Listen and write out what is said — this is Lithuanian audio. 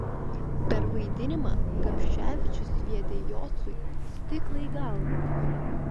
per vaidinimą gapševičius sviedė jocui stiklą į galvą